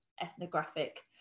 ethnographic